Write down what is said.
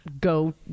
go